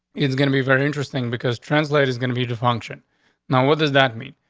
it's gonna be very interesting, because translate is gonna be to function now. what does that mean?